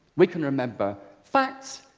we can remember facts,